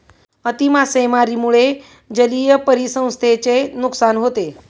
अति मासेमारीमुळे जलीय परिसंस्थेचे नुकसान होते